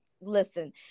listen